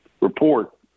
report